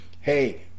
hey